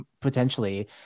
potentially